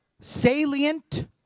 salient